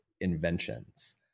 inventions